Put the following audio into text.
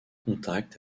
contact